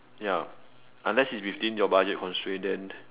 ya unless it's within your budget constraint then